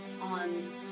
on